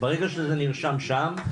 ברגע שזה נרשם שם,